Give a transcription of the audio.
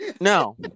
No